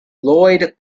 lloyd